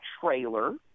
trailer